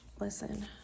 Listen